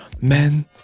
Men